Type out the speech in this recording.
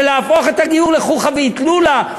זה להפוך את הגיור לחוכא ואטלולא,